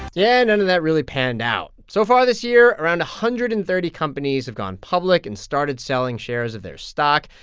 yeah, none of that really panned out. so far this year, around one hundred and thirty companies have gone public and started selling shares of their stock,